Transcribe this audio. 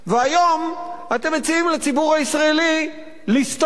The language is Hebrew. והיום אתם מציעים לציבור הישראלי לסתום